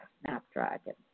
Snapdragon